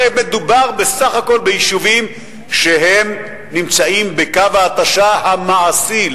הרי מדובר בסך הכול ביישובים שנמצאים בקו ההתשה המעשי,